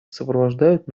сопровождают